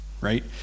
right